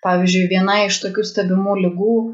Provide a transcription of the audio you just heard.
pavyzdžiui viena iš tokių stebimų ligų